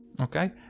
Okay